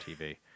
TV